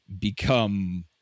become